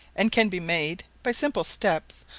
and can be made, by simple steps,